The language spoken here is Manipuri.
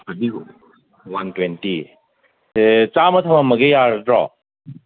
ꯐꯗꯤꯒꯣꯝ ꯋꯥꯟ ꯇ꯭ꯋꯦꯟꯇꯤ ꯁꯦ ꯆꯥꯝꯃ ꯊꯃꯝꯃꯒꯦ ꯌꯥꯔꯗ꯭ꯔꯣ